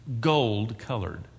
gold-colored